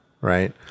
right